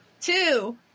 Two